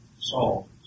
Saul